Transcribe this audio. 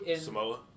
Samoa